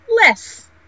less